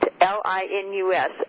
L-I-N-U-S